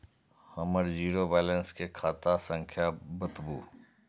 हमर zero balance के खाता संख्या बतबु?